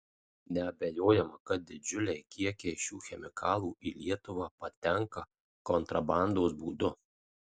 neabejojama kad didžiuliai kiekiai šių chemikalų į lietuvą patenka kontrabandos būdu